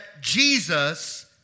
Jesus